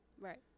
Right